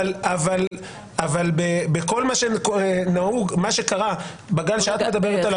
אבל בכל מה שקרה בגל שאת מדברת עליו,